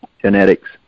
genetics